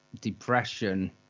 depression